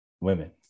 women